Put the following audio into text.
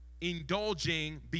Indulging